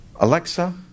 Alexa